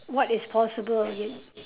what is possible again